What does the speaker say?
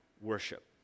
worship